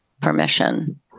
permission